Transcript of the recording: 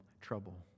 trouble